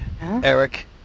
Eric